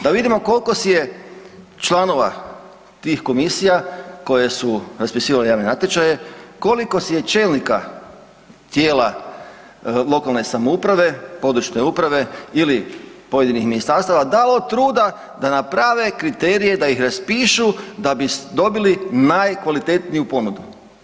Da vidimo koliko si je članova tih komisija koje su raspisivale javne natječaje, koliko si je čelnika tijela lokalne samouprave, područne uprave ili pojedinih ministarstava dalo truda da naprave kriterije, da ih raspišu da bi dobili najkvalitetniju ponudu.